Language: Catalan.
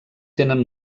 tenen